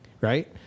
right